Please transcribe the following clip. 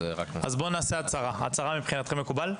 אז בואו נעשה הצהרה, זה מקובל עליכם?